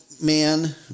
man